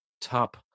top